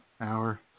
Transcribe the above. hour